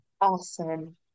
Awesome